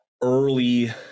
early